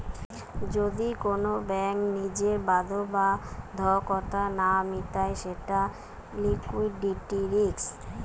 যদি কোন ব্যাঙ্ক নিজের বাধ্যবাধকতা না মিটায় সেটা লিকুইডিটি রিস্ক